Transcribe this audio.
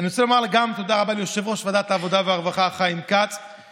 אני רוצה לומר תודה רבה גם ליושב-ראש ועדת העבודה והרווחה חיים כץ,